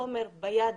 את החומר ביד,